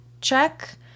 check